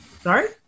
Sorry